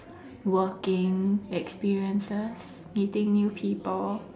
working experiences meeting new people